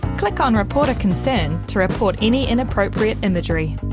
click on report a concern to report any inappropriate imagery.